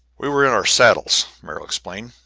we were in our saddles, merrill explained,